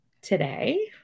today